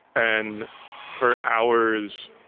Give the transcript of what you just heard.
and for. hours.